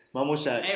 momo shack.